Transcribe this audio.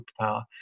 superpower